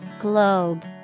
Globe